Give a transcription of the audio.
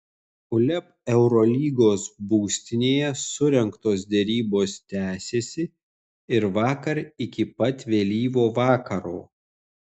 uleb eurolygos būstinėje surengtos derybos tęsėsi ir vakar iki pat vėlyvo vakaro